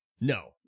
No